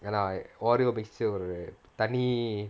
ya lah oreo mixture ஒரு தனி:oru thani